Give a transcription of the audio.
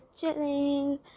chilling